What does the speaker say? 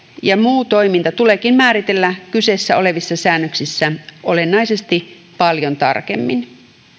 ja muu toiminta tuleekin määritellä kyseessä olevissa säännöksissä olennaisesti paljon tarkemmin